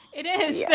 it is, yeah